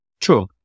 True